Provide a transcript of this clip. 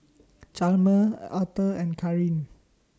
Chalmer Auther and Karin